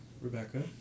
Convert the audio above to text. Rebecca